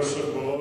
כבוד היושב-ראש,